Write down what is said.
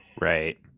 right